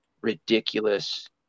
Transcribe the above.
ridiculous